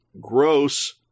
gross